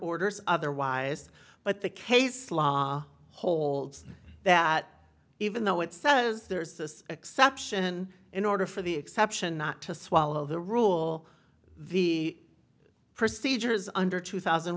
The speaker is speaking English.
orders otherwise but the case law holds that even though it says there is this exception in order for the exception not to swallow the rule the procedures under two thousand